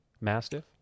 Mastiff